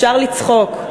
אפשר לצחוק,